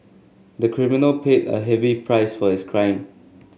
the criminal paid a heavy price for his crime